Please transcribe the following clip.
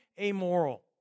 amoral